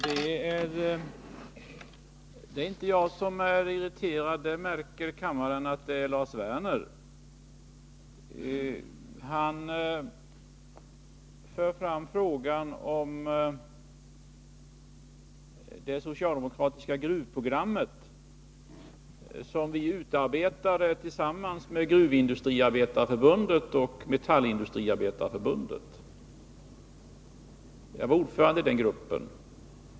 Herr talman! Det är inte jag som är irriterad, kammaren märker att det är Lars Werner. Han för fram frågan om det socialdemokratiska gruvprogrammet, som vi utarbetade tillsammans med Gruvindustriarbetarförbundet och Metallindustriarbetarförbundet. Jag var ordförande i den gruppen.